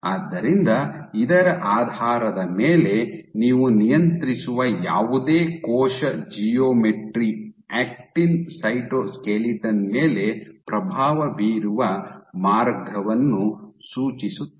ಆದ್ದರಿಂದ ಇದರ ಆಧಾರದ ಮೇಲೆ ನೀವು ನಿಯಂತ್ರಿಸುವ ಯಾವುದೇ ಕೋಶ ಜಿಯೋಮೆಟ್ರಿ ಆಕ್ಟಿನ್ ಸೈಟೋಸ್ಕೆಲಿಟನ್ ಮೇಲೆ ಪ್ರಭಾವ ಬೀರುವ ಮಾರ್ಗವನ್ನು ಸೂಚಿಸುತ್ತದೆ